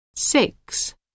Six